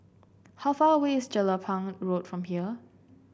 how far away is Jelapang Road from here